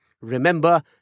Remember